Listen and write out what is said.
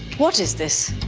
what is this?